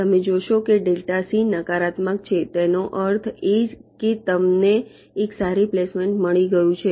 તમે જોશો કે નકારાત્મક છે એનો અર્થ એ કે તમને એક સારી પ્લેસમેન્ટ મળી ગયું છે